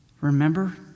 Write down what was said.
Remember